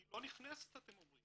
"אני לא נכנסת" אתם אומרים,